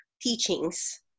teachings